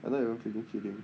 I'm not even kidding kidding